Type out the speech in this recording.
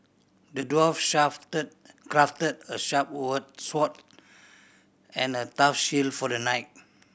the dwarf crafted a sharp word sword and a tough shield for the knight